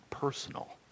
Personal